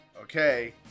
okay